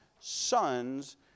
son's